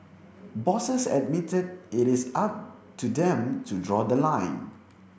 bosses admitted it is up to them to draw the line